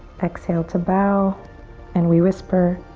exhale to bow and we whisper